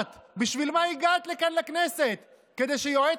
להעלות את רף הענישה כלפי טרוריסטים ששחטו ילדים,